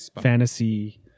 fantasy